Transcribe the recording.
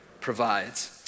provides